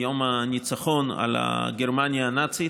יום הניצחון על גרמניה הנאצית.